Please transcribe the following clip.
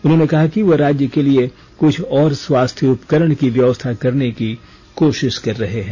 उन्होंने कहा कि वह राज्य के लिए कुछ और स्वास्थ्य उपकरण की व्यवस्था करने की कोशिश कर रहे हैं